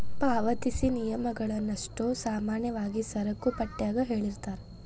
ಪಾವತಿ ನಿಯಮಗಳನ್ನಷ್ಟೋ ಸಾಮಾನ್ಯವಾಗಿ ಸರಕುಪಟ್ಯಾಗ ಹೇಳಿರ್ತಾರ